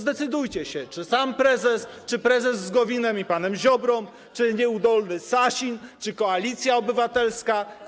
Zdecydujcie się, czy sam prezes, czy prezes z Gowinem i panem Ziobrą, czy nieudolny Sasin, czy Koalicja Obywatelska.